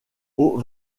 aux